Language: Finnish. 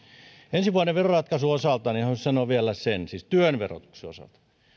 ensi vuoden veroratkaisun osalta haluaisin sanoa vielä sen että työn verotuksen osalta me